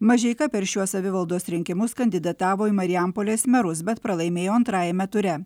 mažeika per šiuos savivaldos rinkimus kandidatavo į marijampolės merus bet pralaimėjo antrajame ture